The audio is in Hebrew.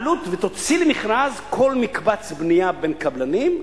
תוציא כל מקבץ בנייה למכרז בין קבלנים,